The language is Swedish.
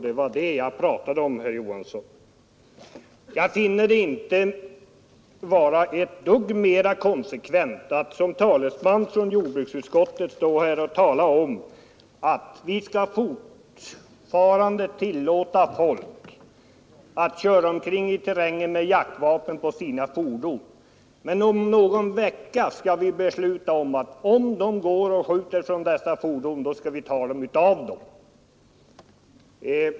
Det var det jag pratade om, herr Johansson. Jag finner det inte ett dugg mera konsekvent att herr Johansson som talesman för jordbruksutskottet i dag säger att vi fortfarande skall tillåta folk att köra omkring i terrängen med jaktvapen på sina fordon men att vi om någon vecka skall besluta att den som skjuter från snöskoter skall — Nr 121 fråntas sitt fordon.